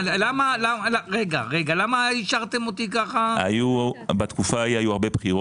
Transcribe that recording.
בתקופה ההיא היו הרבה בחירות,